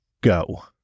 go